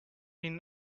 been